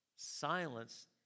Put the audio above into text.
Silence